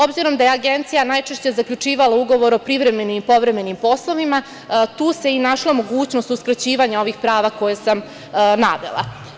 Obzirom da je agencija najčešće zaključivala ugovor o privremenim i povremenim poslovima tu se i našla mogućnost uskraćivanja ovih prava koje sam navela.